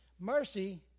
mercy